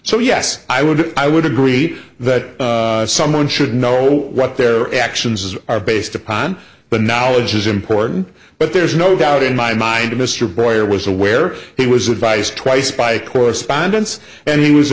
so yes i would i would agree that someone should know what their actions are based upon but knowledge is important but there's no doubt in my mind mr boyer was aware he was advised twice by correspondence and he was